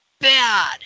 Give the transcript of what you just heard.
bad